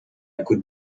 could